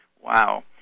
Wow